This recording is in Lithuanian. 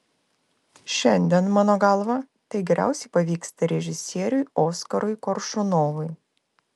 šiandien mano galva tai geriausiai pavyksta režisieriui oskarui koršunovui